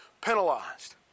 penalized